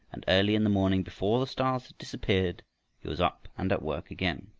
and early in the morning before the stars had disappeared he was up and at work again.